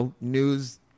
news